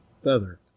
feather